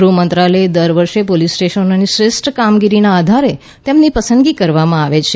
ગૃહ મંત્રાલય દર વર્ષ પોલીસ સ્ટેશનોની શ્રેષ્ઠ કામગીરીના આધારે તેમની પસંદગી કરવામાં આવે છે